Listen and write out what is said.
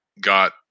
got